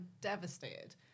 devastated